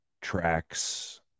tracks